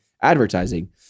advertising